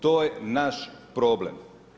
To je naš problem.